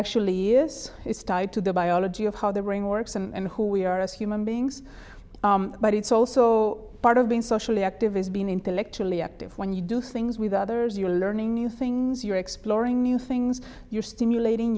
actually years is tied to the biology of how the brain works and who we are as human beings but it's also part of being socially active is being intellectually active when you do things with others you're learning new things you're exploring new things you're stimulating